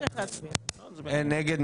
אין נגד.